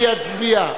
שנצביע.